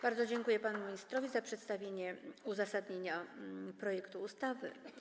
Bardzo dziękuję panu ministrowi za przedstawienie uzasadnienia projektu ustawy.